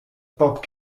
bob